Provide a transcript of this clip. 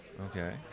Okay